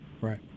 right